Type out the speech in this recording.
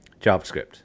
JavaScript